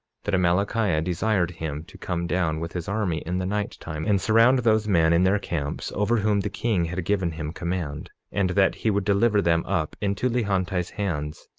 that amalickiah desired him to come down with his army in the night-time, and surround those men in their camps over whom the king had given him command, and that he would deliver them up into lehonti's hands,